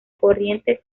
corrientes